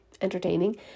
entertaining